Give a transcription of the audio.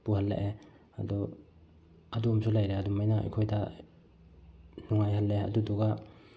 ꯄꯨꯍꯜꯂꯛꯑꯦ ꯑꯗꯨ ꯑꯗꯨ ꯑꯃꯁꯨ ꯂꯩꯔꯦ ꯑꯗꯨꯃꯥꯏꯅ ꯑꯩꯈꯣꯏꯗ ꯅꯨꯡꯉꯥꯏꯍꯜꯂꯦ ꯑꯗꯨꯗꯨꯒ